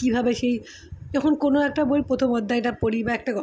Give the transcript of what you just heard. কীভাবে সেই যখন কোনো একটা বই প্রথম অধ্যায়টা পড়ি বা একটা গ